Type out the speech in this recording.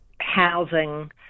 housing